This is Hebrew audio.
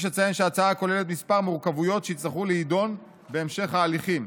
יש לציין שההצעה כוללת כמה מורכבויות שיצטרכו להידון בהמשך ההליכים.